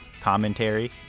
commentary